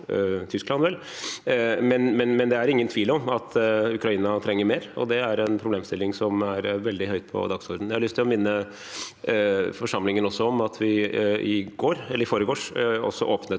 Tyskland. Det er ingen tvil om at Ukraina trenger mer, og det er en problemstilling som er veldig høyt på dagsordenen. Jeg har lyst til å minne forsamlingen om at vi i forgårs åpnet